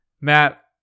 Matt